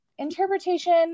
Interpretation